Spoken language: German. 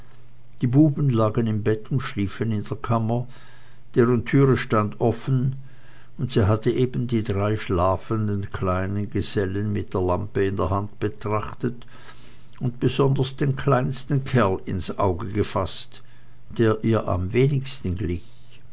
die buben lagen im bette und schliefen in der kammer deren türe offenstand und sie hatte eben die drei schlafenden kleinen gesellen mit der lampe in der hand betrachtet und besonders den kleinsten kerl ins auge gefaßt der ihr am wenigsten glich